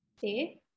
say